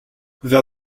vers